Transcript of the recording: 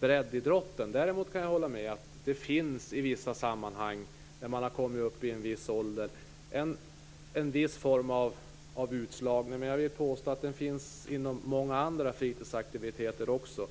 breddidrotten. Däremot kan jag hålla med om att det i vissa sammanhang finns en viss utslagning när man har kommit upp i en viss ålder. Jag vill påstå att den finns inom många andra fritidsaktiviteter också.